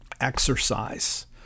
exercise